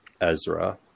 ezra